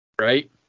right